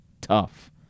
tough